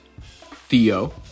Theo